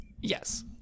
Yes